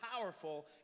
powerful